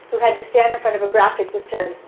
who had to stand in front of a graphic that said,